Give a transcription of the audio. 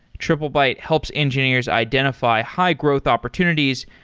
triplebyte helps engineers identify high-growth opportunities,